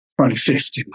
2050